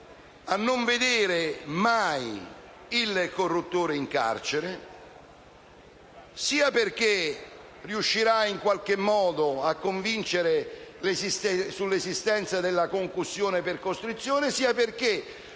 a non vedere mai il corruttore in carcere. E questo sia perché riuscirà in qualche modo a convincere dell'esistenza della concussione per costrizione sia perché,